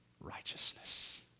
Righteousness